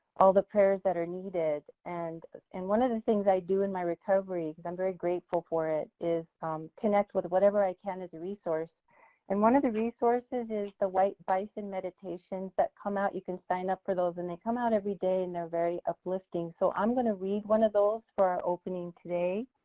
all the prayers that are needed. and and one of the things i do in my recovery, because i'm very grateful for it, is connect with whatever i can as a resource and one of the resources is the white bison meditations that come out. and you can sign up for those and they come out every day and they're very uplifting. so i'm gonna read one of those for our opening today